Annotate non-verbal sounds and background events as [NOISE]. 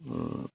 [UNINTELLIGIBLE]